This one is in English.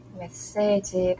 message